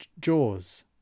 jaws